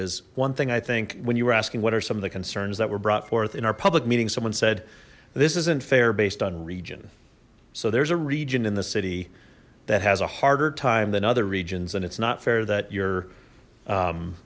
is one thing i think when you were asking what are some of the concerns that were brought forth in our public meeting someone said this isn't fair based on region so there's a region in the city that has a harder time than other regions and it's not fair that you're